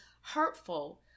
hurtful